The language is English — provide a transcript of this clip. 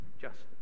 justice